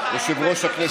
בינתיים החיילים האלה,